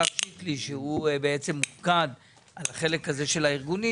השר שיקלי שהוא מופקד על החלק הזה של הארגונים,